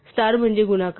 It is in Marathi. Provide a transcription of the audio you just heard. स्टार म्हणजे गुणाकार